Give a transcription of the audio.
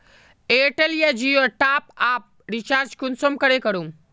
Airtel या जियोर top up recharge कुंसम करे करूम?